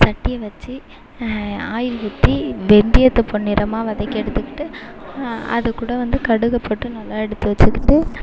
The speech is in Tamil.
சட்டியை வச்சு ஆயில் ஊற்றி வெந்தயத்தை பொன்னிறமாக வதக்கி எடுத்துகிட்டு அது கூட வந்து கடுகை போட்டு நல்லா எடுத்து வச்சுக்கிட்டு